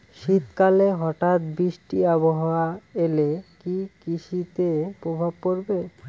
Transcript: শীত কালে হঠাৎ বৃষ্টি আবহাওয়া এলে কি কৃষি তে প্রভাব পড়বে?